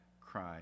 cry